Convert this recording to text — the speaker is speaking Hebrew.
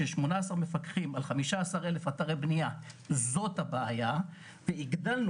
18 מפקחים על 15,000 אתרי בניה זאת הבעיה והגדלנו